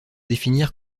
définir